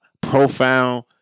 profound